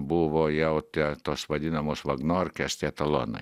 buvo jau tie tos vadinamos vagnorkės tie talonai